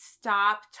stop